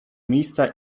miejsca